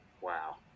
Wow